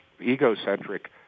egocentric